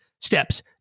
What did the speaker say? steps